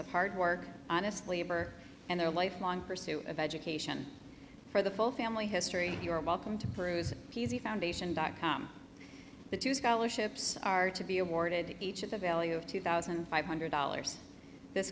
of hard work honestly aber and their lifelong pursuit of education for the full family history you're welcome to peruse p z foundation dot com the two scholarships are to be awarded to each of the value of two thousand five hundred dollars this